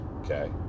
okay